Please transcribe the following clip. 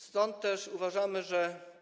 Stąd też uważamy, że.